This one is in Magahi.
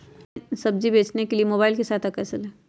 ऑनलाइन सब्जी बेचने के लिए मोबाईल की सहायता कैसे ले?